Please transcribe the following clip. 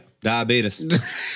diabetes